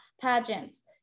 Pageants